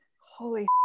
Holy